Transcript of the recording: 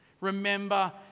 Remember